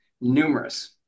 numerous